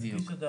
בדיוק.